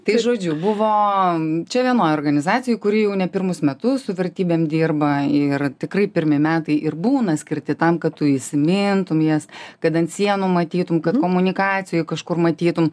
tai žodžiu buvo čia vienoj organizacijoj kuri jau ne pirmus metus su vertybėm dirba ir tikrai pirmi metai ir būna skirti tam kad tu įsimintum jas kad ant sienų matytum kad komunikacijoj kažkur matytum